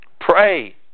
Pray